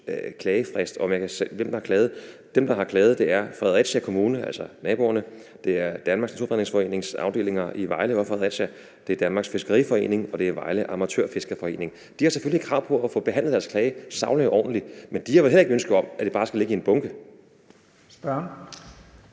Hvem der har klaget? Dem, der har klaget, er Fredericia Kommune, altså naboerne, Danmarks Naturfredningsforenings afdelinger i Vejle og Fredericia, Danmarks Fiskeriforening og Vejle Amatørfiskerforening. De har selvfølgelig krav på at få behandlet deres klage sagligt og ordentligt, men de har jo heller ikke et ønske om, at det bare skal ligge i en bunke. Kl.